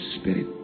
Spirit